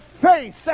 face